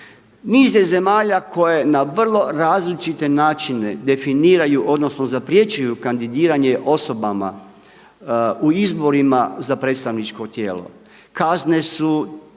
Niz je zemalja koje na vrlo različite načine definiraju odnosno zaprečuju kandidiranje osobama u izborima za predstavničko tijelo. Kazne su,